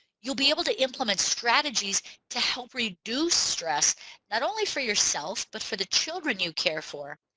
you'll be able to implement strategies to help reduce stress not only for yourself but for the children you care for.